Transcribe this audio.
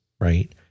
right